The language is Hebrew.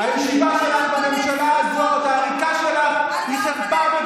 הייתי שם כאשר יאיר לפיד היה שר אוצר.